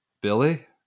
Billy